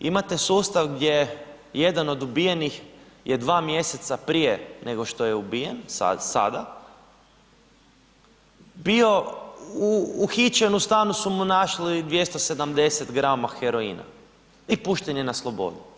Imate sustav gdje jedan od ubijenih je 2 mjeseca prije nego što je ubijen, sada, bio uhićen, u stanu su mu našli 270 grama heroina i pušten je na slobodu.